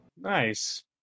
Nice